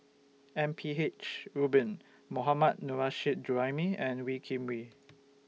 M P H Rubin Mohammad Nurrasyid Juraimi and Wee Kim Wee